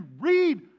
read